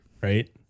Right